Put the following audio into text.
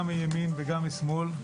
גם מימין וגם משמאל,